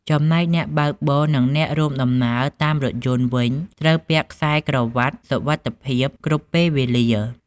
ចំណែកអ្នកបើកបរនិងអ្នករួមដំណើរតាមរថយន្តវិញ ត្រូវតែពាក់ខ្សែក្រវាត់សុវត្ថិភាពគ្រប់ពេលវេលា។